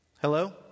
Hello